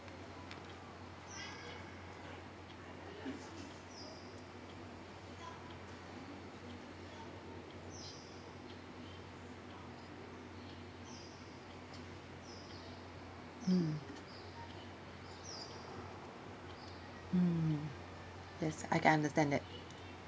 mm mm yes I can understand that